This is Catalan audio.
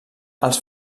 els